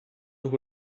who